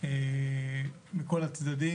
מכל הצדדים.